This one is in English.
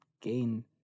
gain